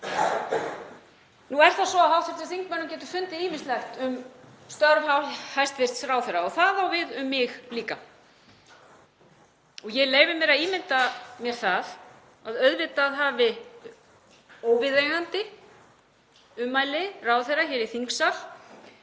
Nú er það svo að hv. þingmönnum getur fundist ýmislegt um störf hæstv. ráðherra og það á við um mig líka. Ég leyfi mér að ímynda mér það að auðvitað hafi óviðeigandi ummæli ráðherra hér í þingsal